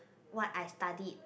what I studied